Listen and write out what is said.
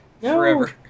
Forever